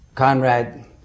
Conrad